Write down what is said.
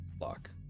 lock